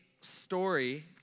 story